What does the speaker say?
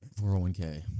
401k